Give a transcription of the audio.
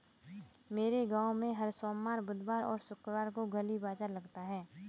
मेरे गांव में हर सोमवार बुधवार और शुक्रवार को गली बाजार लगता है